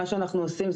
מה שאנחנו עושים,